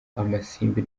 amasimbi